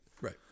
Right